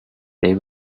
they